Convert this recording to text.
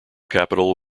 capital